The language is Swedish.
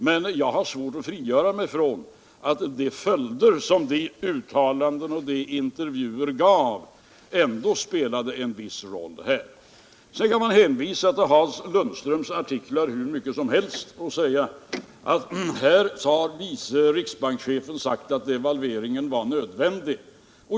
Jag har dock svårt att frigöra mig från att de följder som hans uttalanden och intervjuer gav ändå har spelat en viss roll här. Sedan kan man hänvisa till Hans Lundströms artiklar hur mycket som helst och säga att vice riksbankschefen har sagt att devalveringen var nödvändig.